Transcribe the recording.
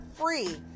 free